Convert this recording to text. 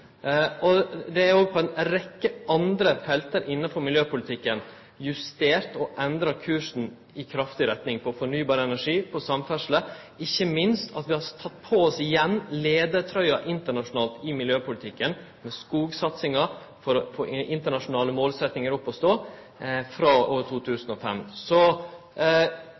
Det er òg på ei rekkje andre felt innanfor miljøpolitikken justert og endra kurs kraftig – på fornybar energi, på samferdsel, ikkje minst har vi igjen teke på oss leiartrøya internasjonalt i miljøpolitikken med skogsatsinga for å få internasjonale målsetjingar opp og stå frå 2005. Så